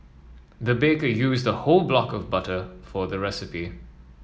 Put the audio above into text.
the baker used a whole block of butter for the recipe